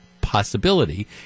possibility